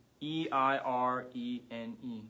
E-I-R-E-N-E